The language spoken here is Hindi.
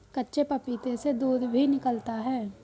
कच्चे पपीते से दूध भी निकलता है